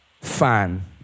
fan